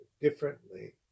differently